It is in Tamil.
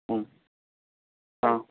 ம் ஆ